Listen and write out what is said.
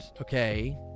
okay